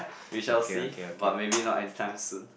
we shall see but maybe not anytime soon